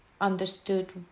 understood